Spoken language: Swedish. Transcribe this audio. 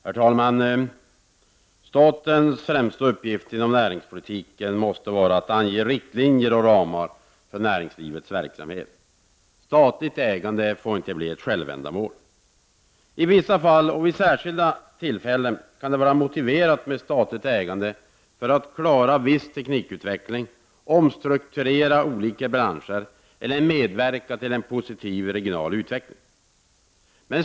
Herr talman! Statens främsta uppgift inom näringspolitiken måste vara att ange riktlinjer och ramar för näringslivets verksamhet. Statligt ägande får inte bli ett självändamål. I vissa fall och vid särskilda tillfällen kan det vara motiverat med statligt ägande för att klara viss teknikutveckling, omstrukturera olika branscher eller medverka till en positiv regional utveckling.